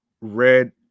red